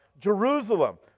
Jerusalem